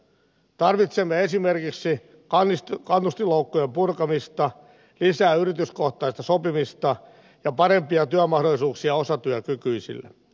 tarvitsemme esimerkiksi kannustinloukkujen purkamista lisää yrityskohtaista sopimista ja parempia työmahdollisuuksia osatyökykyisille